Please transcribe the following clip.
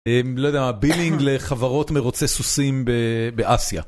לא יודע, בילינג לחברות מרוצי סוסים באסיה.